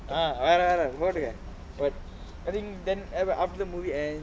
ah வேற வேற போடு:vera vera podu but I think then after movie ends